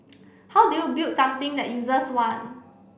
how do you build something that users want